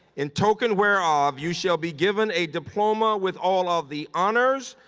in token where of, you shall be given a diploma with all of the honors,